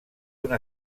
una